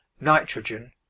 nitrogen